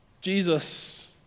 Jesus